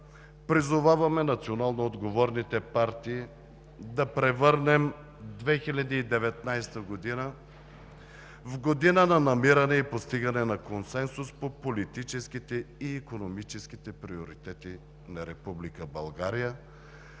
призоваваме националноотговорните партии да превърнем 2019 г. в година на намиране и постигане на консенсус по политическите и икономическите приоритети на